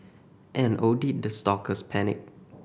and oh did the stalkers panic